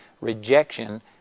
rejection